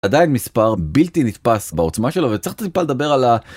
עדיין מספר בלתי נתפס בעוצמה שלו, וצריך טיפה לדבר על ה...